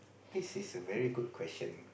this is a very good question